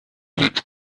met